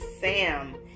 Sam